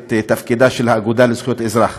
את תפקידה של האגודה לזכויות האזרח.